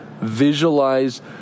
visualize